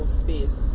space